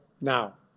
now